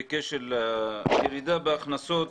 בקשר לירידה בהכנסות,